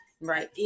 right